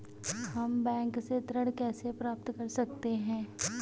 हम बैंक से ऋण कैसे प्राप्त कर सकते हैं?